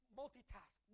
multitask